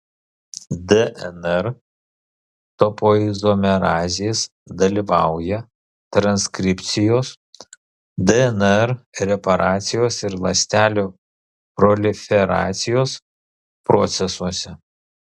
dnr topoizomerazės dalyvauja transkripcijos dnr reparacijos ir ląstelių proliferacijos procesuose